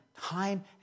time